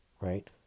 right